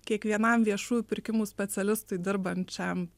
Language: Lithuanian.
kiekvienam viešųjų pirkimų specialistui dirbančiam